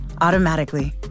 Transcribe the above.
automatically